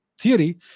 theory